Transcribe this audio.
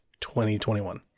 2021